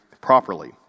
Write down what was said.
properly